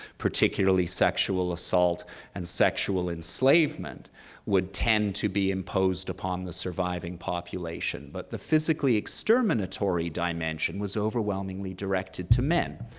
particularly sexual assault and sexual enslavement would tend to be imposed upon the surviving population, but the physically exterminatory dimension was overwhelmingly directed to men.